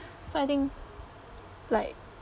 so I think like